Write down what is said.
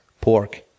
pork